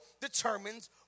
determines